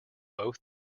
both